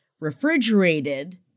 refrigerated